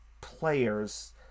players